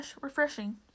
refreshing